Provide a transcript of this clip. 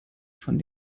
von